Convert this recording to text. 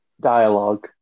dialogue